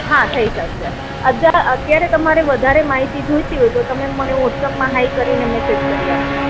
હા થઈ શકશે અધા અત્યારે તમારે વધારે માહિતી જોઈતી હોય તો તમે મને વોટ્સએપમાં હાઇ કરીને મેસેજ કરી આપો